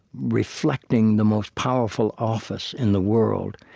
reflecting the most powerful office in the world,